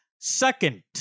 Second